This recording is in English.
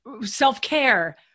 self-care